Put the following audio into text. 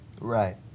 Right